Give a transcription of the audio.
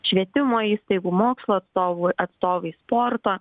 švietimo įstaigų mokslo atstovų atstovais sporto